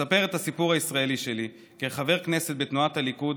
מספר את הסיפור הישראלי שלי כחבר כנסת בתנועת הליכוד,